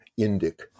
Indic